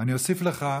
אני אוסיף לך,